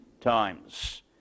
times